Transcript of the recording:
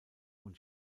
und